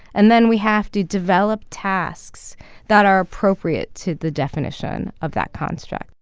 and then we have to develop tasks that are appropriate to the definition of that construct